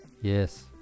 yes